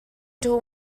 two